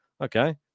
Okay